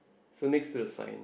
so next to the sign